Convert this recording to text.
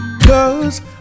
Cause